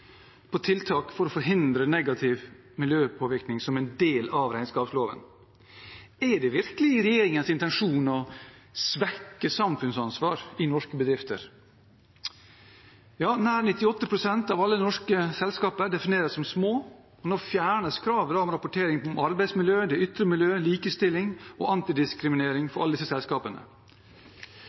tiltak for å forhindre negativ miljøpåvirkning som en del av regnskapsloven. Er det virkelig regjeringens intensjon å svekke samfunnsansvar i norske bedrifter? Nær 98 pst. av alle norske selskaper defineres som små, og nå fjernes kravet om rapportering om arbeidsmiljø, ytre miljø, likestilling og antidiskriminering for alle disse selskapene.